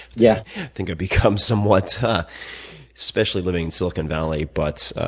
yeah think i've become somewhat especially living in silicon valley, but